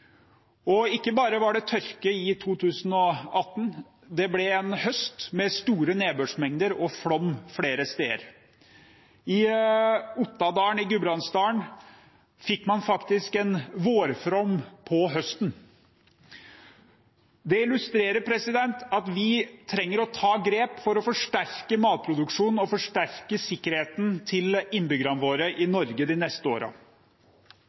Og ikke bare var det tørke i 2018, det ble en høst med store nedbørsmengder og flom flere steder. I Ottadalen i Gudbrandsdalen fikk man faktisk en vårflom på høsten. Det illustrerer at vi trenger å ta grep for å forsterke matproduksjonen og forsterke sikkerheten til innbyggerne våre i Norge de neste